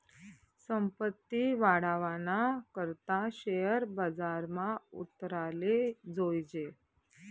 संपत्ती वाढावाना करता शेअर बजारमा उतराले जोयजे